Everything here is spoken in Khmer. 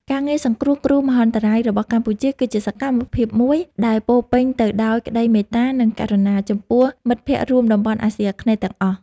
ការងារសង្គ្រោះគ្រោះមហន្តរាយរបស់កម្ពុជា គឺជាសកម្មភាពមួយដែលពោរពេញទៅដោយក្តីមេត្តា និងករុណា ចំពោះមិត្តភក្តិរួមតំបន់អាស៊ីអាគ្នេយ៍ទាំងអស់។